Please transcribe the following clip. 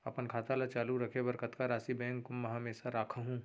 अपन खाता ल चालू रखे बर कतका राशि बैंक म हमेशा राखहूँ?